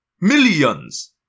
Millions